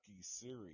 series